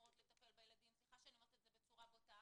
שאמורות לטפל בילדים סליחה שאני אומרת את זה בצורה בוטה,